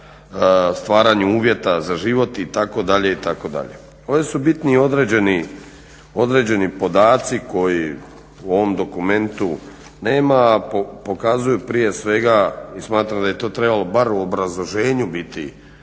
stvaranju uvjeta za život itd. Ovdje su bitni i određeni podaci koji u ovom dokumentu nema, a pokazuju prije svega i smatram da je to trebalo bar u obrazloženju biti